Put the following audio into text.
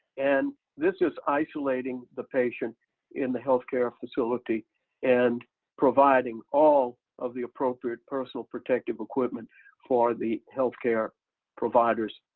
and this is isolating the patient in the healthcare facility and providing all of the appropriate personal protective equipment for the healthcare providers,